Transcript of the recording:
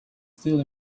still